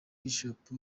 bishop